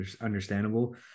understandable